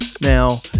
Now